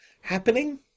happening